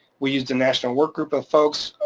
we used a national work group of folks.